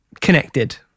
connected